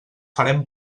farem